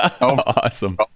awesome